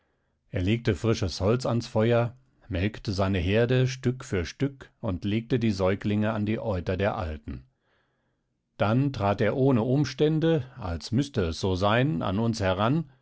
er legte frisches holz ans feuer melkte seine herde stück für stück und legte die säuglinge an die euter der alten dann trat er ohne umstände als müßte es so sein an uns heran